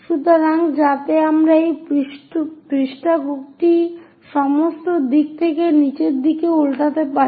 সুতরাং যাতে আমি এই পৃষ্ঠাটি সমস্ত দিক থেকে নিচের দিকে উল্টাতে পারি